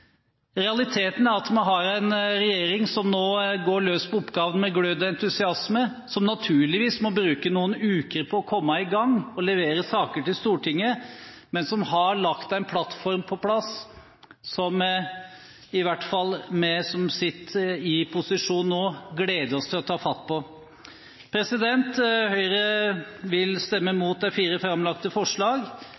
Realiteten er at vi har en regjering som nå går løs på oppgavene med glød og entusiasme, og som naturligvis må bruke noen uker på å komme i gang og levere saker til Stortinget, men som har lagt en plattform på plass som i hvert fall vi som sitter i posisjon nå, gleder oss til å ta fatt på. Høyre vil stemme